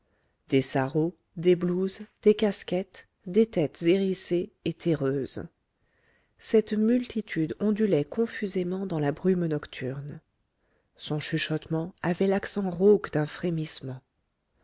des sarraus des blouses des casquettes des têtes hérissées et terreuses cette multitude ondulait confusément dans la brume nocturne son chuchotement avait l'accent rauque d'un frémissement